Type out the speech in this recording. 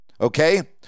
okay